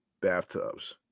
bathtubs